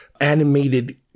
animated